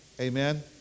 Amen